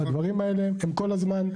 הדברים האלה קורים כל הזמן,